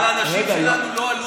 אבל אנשים שלנו לא עלו בגלל,